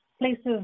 places